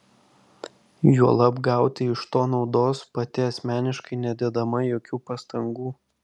juolab gauti iš to naudos pati asmeniškai nedėdama jokių pastangų